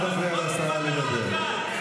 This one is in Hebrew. אל תפריע לשרה לדבר.